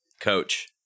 Coach